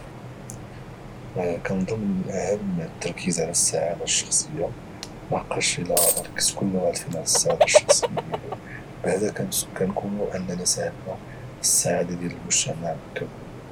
كنظن من اهم التركيز على السعاده والشخصيه لحقاش الى كل واحد فينا على السعاده الشخصيه دياله هذا كانكون اننا ساهمنا في السعاده ديال المجتمع ككل